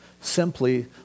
simply